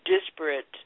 disparate